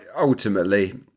ultimately